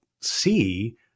see